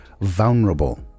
vulnerable